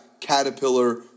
Caterpillar